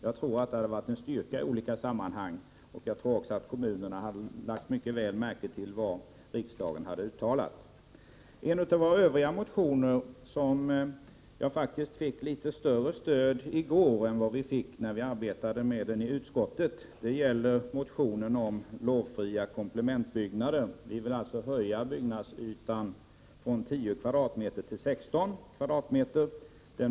Jag tror att det hade varit en styrka i olika sammanhang, och jag tror också att kommunerna hade lagt märke till vad riksdagen hade uttalat. En annan av våra motioner — som faktiskt fick litet större stöd i debatten i går än när vi arbetade med frågan i utskottet — gäller lovfria komplement byggnader. Vi vill öka byggnadsytan från 10 m? till 16 m?.